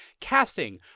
casting